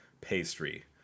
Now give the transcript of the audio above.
pastry